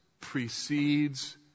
precedes